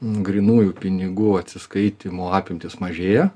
grynųjų pinigų atsiskaitymų apimtys mažėja